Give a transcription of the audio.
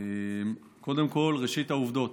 ראשית, העובדות: